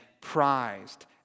prized